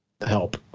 help